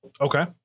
Okay